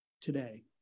today